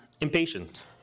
Impatient